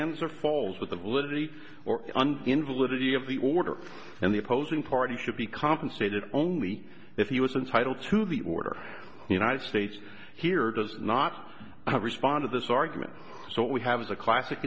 or falls with the validity or invalidity of the order and the opposing party should be compensated only if he was entitled to the order united states here does not have responded this argument so what we have is a classic